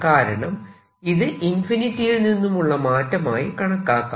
കാരണം ഇത് ഇൻഫിനിറ്റിയിൽ നിന്നും ഉള്ള മാറ്റമായി കണക്കാക്കാം